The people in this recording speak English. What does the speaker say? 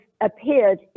appeared